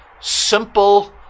simple